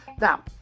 Now